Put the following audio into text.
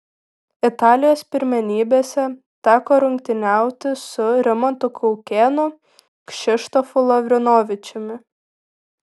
italijos pirmenybėse teko rungtyniauti su rimantu kaukėnu kšištofu lavrinovičiumi